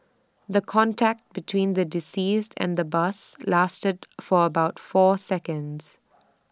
the contact between the deceased and the bus lasted for about four seconds